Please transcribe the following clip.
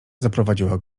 zaprowadziła